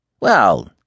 Well